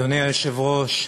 אדוני היושב-ראש,